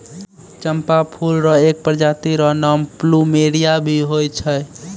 चंपा फूल र एक प्रजाति र नाम प्लूमेरिया भी होय छै